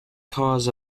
cause